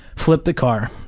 flipped the car.